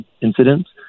incidents